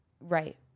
Right